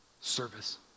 service